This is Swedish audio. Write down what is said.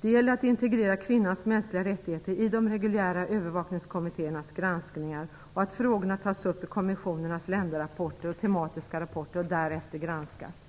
Det gäller att integrera kvinnans mänskliga rättigheter i de reguljära övervakningskommittéernas granskningsverksamhet och att frågorna tas upp i kommissionernas länderrapporter och tematiska rapporter och därefter granskas.